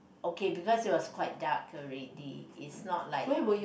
okay because it was quite dark already is not like